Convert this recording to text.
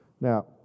Now